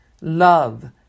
love